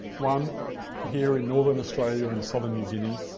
one here in northern australia and southern new guinea,